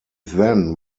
then